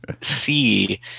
see